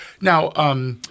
Now—